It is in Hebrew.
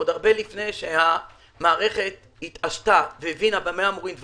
עוד הרבה לפני שהמערכת התעשתה והבינה במה דברים אמורים,